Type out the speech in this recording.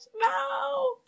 no